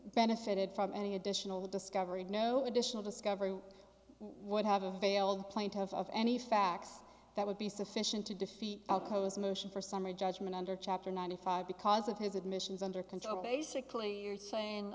benefited from any additional discovery no additional discovery would have availed plaintiff of any facts that would be sufficient to defeat alcoa's motion for summary judgment under chapter ninety five because of his admissions under control basically you're saying